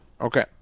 okay